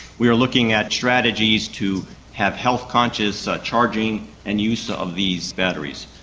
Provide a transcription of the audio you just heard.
we are looking at strategies to have health conscious charging and use of these batteries.